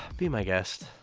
be my guest.